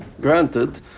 granted